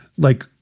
like,